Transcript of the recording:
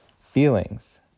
feelings